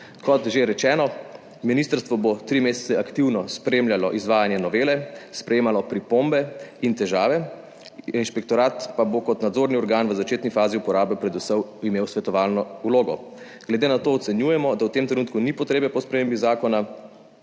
Kot že rečeno, ministrstvo bo tri mesece aktivno spremljalo izvajanje novele, sprejemalo pripombe in težave. Inšpektorat pa bo kot nadzorni organ v začetni fazi uporabe predvsem imel svetovalno vlogo glede na to ocenjujemo, da v tem trenutku ni potrebe po spremembi zakona